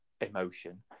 emotion